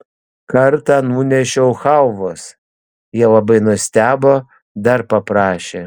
kartą nunešiau chalvos jie labai nustebo dar paprašė